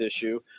issue